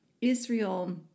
Israel